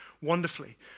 wonderfully